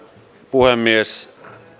puhemies